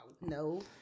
No